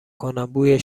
کنم، بوی